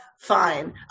fine